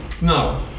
No